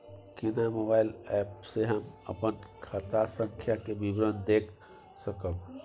केना mobile app से हम अपन खाता संख्या के विवरण देख सकब?